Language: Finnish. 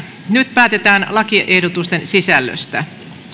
nyt päätetään lakiehdotusten sisällöstä